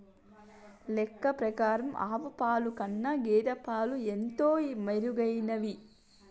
లెక్క ప్రకారం ఆవు పాల కన్నా గేదె పాలు ఎంతో మెరుగైనవి